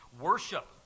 worship